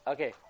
Okay